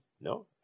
No